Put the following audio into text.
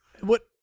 What-